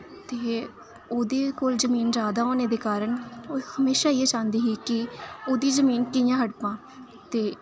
ते ओह्दे कोल जमीन जै होने दे कारण ओह् हमेशा इ'यै चांह्दी ही कि ओह्दी जमीन कि'यां हड़पां ते